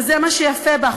וזה מה שיפה בה,